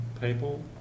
people